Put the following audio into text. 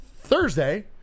Thursday